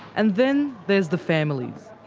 and then there's the families,